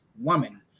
woman